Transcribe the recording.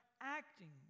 acting